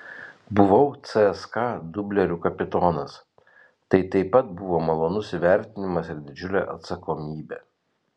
buvau cska dublerių kapitonas tai taip pat buvo malonus įvertinimas ir didžiulė atsakomybė